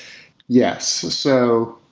yes. so